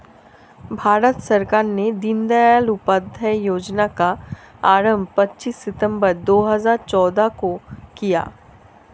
भारत सरकार ने दीनदयाल उपाध्याय योजना का आरम्भ पच्चीस सितम्बर दो हज़ार चौदह को किया